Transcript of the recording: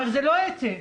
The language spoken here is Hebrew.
אבל זה לא אתי.